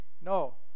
no